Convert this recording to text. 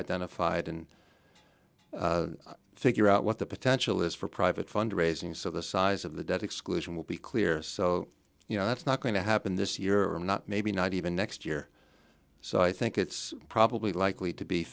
identified and figure out what the potential is for private fund raising so the size of the debt exclusion will be clear so you know it's not going to happen this year or not maybe not even next year so i think it's probably likely to be